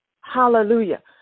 Hallelujah